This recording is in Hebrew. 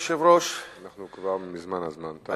כבר מזמן הזמן תם.